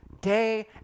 day